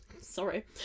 sorry